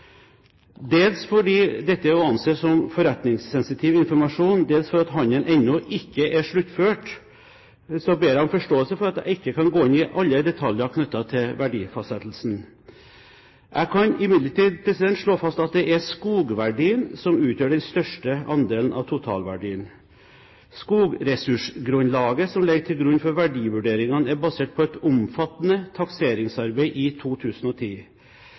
Dels fordi dette er å anse som forretningssensitiv informasjon, og dels for at handelen enda ikke er sluttført, ber jeg om forståelse for at jeg ikke kan gå inn i alle detaljene knyttet til verdifastsettelsen. Jeg kan imidlertid slå fast at det er skogverdien som utgjør den største andelen av totalverdien. Skogressursgrunnlaget som ligger til grunn for verdivurderingene, er basert på omfattende takseringsarbeid i 2010.